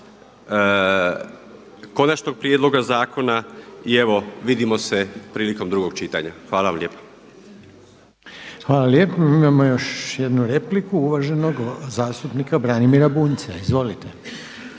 konačnog prijedloga zakona. I evo vidimo se prilikom drugog čitanja. Hvala vam lijepa. **Reiner, Željko (HDZ)** Hvala lijepo. Imamo još jednu repliku uvaženog zastupnika Branimira Bunjca. Izvolite.